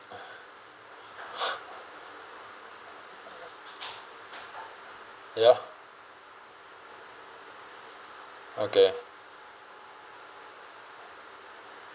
ya okay